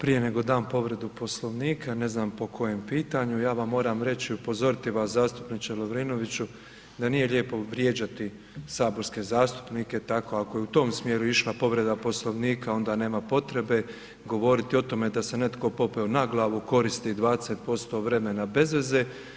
Prije nego dam povredu Poslovnika, ne znam po kojem pitanju, ja vam moram reći i upozoriti vas zastupniče Lovrinoviću da nije lijepo vrijeđati saborske zastupnike, tako, ako je u tom smjeru išla povreda Poslovnika, onda nema potrebe govoriti o tome da se netko popeo na glavu, koristi 20% vremena bez veze.